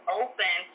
open